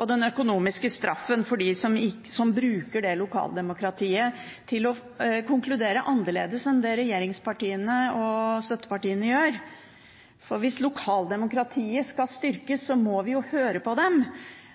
og den økonomiske straffen for dem som bruker lokaldemokratiet til å konkludere annerledes enn det regjeringspartiene og støttepartiene gjør. Hvis lokaldemokratiet skal styrkes, må vi jo høre på dem,